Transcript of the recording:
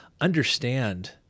understand